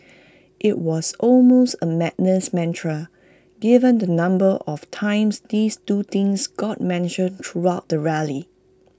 IT was almost A madness mantra given the number of times these two things got mentioned throughout the rally